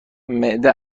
معده